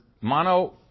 Mono